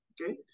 okay